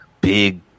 big